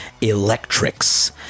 electrics